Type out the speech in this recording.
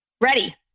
Ready